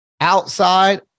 outside